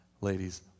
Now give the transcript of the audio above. ladies